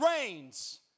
rains